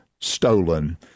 stolen